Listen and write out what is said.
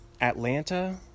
Atlanta